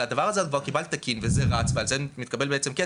על הדבר הזה את כבר קיבלת "תקין" וזה רץ ועל זה מתקבל כסף.